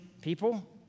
people